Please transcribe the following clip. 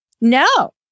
no